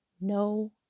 No